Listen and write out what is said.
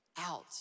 out